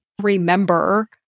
Remember